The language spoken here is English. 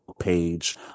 page